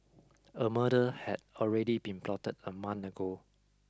a murder had already been plotted a month ago